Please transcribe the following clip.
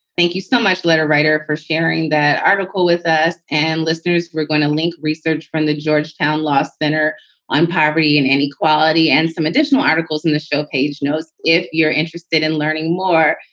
thank you so much, letter writer, for sharing that article with us. and listeners, we're going to link research from the georgetown law center on poverty and inequality and some additional articles in the show. page knows if you're interested in learning more.